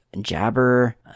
Jabber